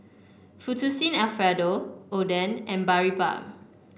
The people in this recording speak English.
Fettuccine Alfredo Oden and Boribap